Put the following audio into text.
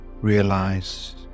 Realize